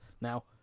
Now